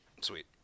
Sweet